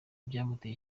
byamuteye